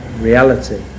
reality